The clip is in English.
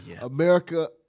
America